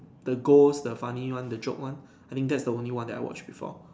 the ghost the funny one the joke one I think that's the only one that I watch before